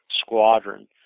squadron